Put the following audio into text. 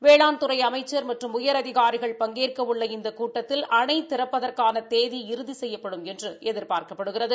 வேளாண் துறைஅமைச்ச் மற்றும் உயரதிகாரிகள் பங்கேற்க உள்ள இந்த கூட்டத்தில் அணை திறப்பதற்கான தேதி இறுதி செய்யப்படும் என்று எதிர்பார்க்கப்படுகிறது